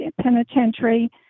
Penitentiary